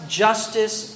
justice